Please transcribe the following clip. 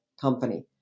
company